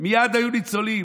מייד היו ניצולים.